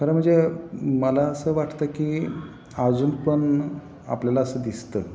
कारण म्हणजे मला असं वाटतं की अजून पन आपल्याला असं दिसतं